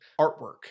artwork